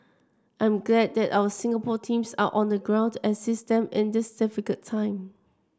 I'm glad that our Singapore teams are on the ground to assist them in this difficult time